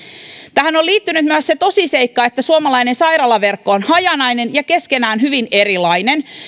tähän on liittynyt myös se tosiseikka että suomalainen sairaalaverkko on hajanainen ja keskenään hyvin erilainen